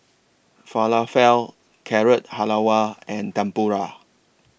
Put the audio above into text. Falafel Carrot Halwa and Tempura